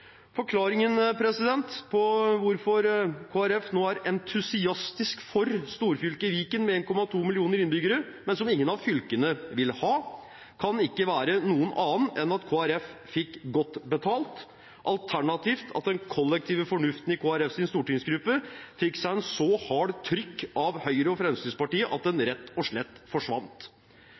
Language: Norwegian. Forklaringen på hvorfor Kristelig Folkeparti nå er entusiastisk for storfylket Viken med 1,2 millioner innbyggere, men som ingen av fylkene vil ha, kan ikke være noen annen enn at Kristelig Folkeparti fikk godt betalt – alternativt at den kollektive fornuften i Kristelig Folkepartis stortingsgruppe fikk seg en så hard trykk av Høyre og Fremskrittspartiet at den rett og slett forsvant.